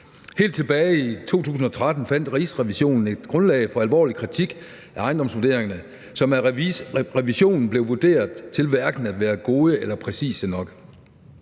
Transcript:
Helt tilbage i 2013 fandt Rigsrevisionen et grundlag for alvorlig kritik af ejendomsvurderingerne, som af revisionen blev vurderet til hverken at være gode eller præcise nok.